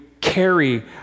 carry